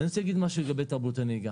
אני רוצה להגיד משהו לגבי תרבות הנהיגה